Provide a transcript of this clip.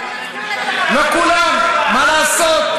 לא כולם, מה לעשות?